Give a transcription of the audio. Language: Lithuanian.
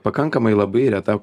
pakankamai labai reta